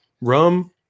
rum